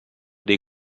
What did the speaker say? dei